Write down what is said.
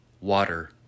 water